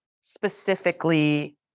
specifically